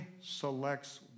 selects